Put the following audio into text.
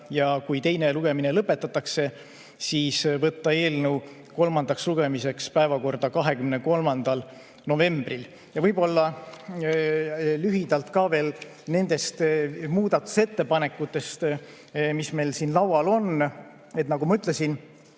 ja kui teine lugemine lõpetatakse, siis võtta eelnõu kolmandaks lugemiseks päevakorda 23. novembriks. Ja võib-olla lühidalt veel ka nendest muudatusettepanekutest, mis meil siin laual on. Nagu ma ütlesin,